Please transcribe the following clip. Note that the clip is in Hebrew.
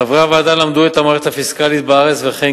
חברי הוועדה למדו את המערכת הפיסקלית בארץ וכן